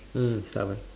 mm stubborn